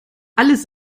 alles